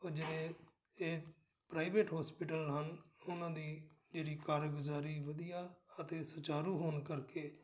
ਉਹ ਜਿਹੜੇ ਇਹ ਪ੍ਰਾਈਵੇਟ ਹੋਸਪਿਟਲ ਹਨ ਉਹਨਾਂ ਦੀ ਜਿਹੜੀ ਕਾਰਗੁਜ਼ਾਰੀ ਵਧੀਆ ਅਤੇ ਸੁਚਾਰੂ ਹੋਣ ਕਰਕੇ